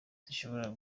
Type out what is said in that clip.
zishobora